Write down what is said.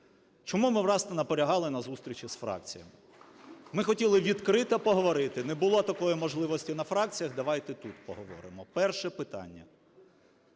Чому ми, власне, наполягали на зустрічі з фракціями? Ми хотіли відкрито поговорити. Не було такої можливості на фракціях, давайте тут поговоримо. Перше питання.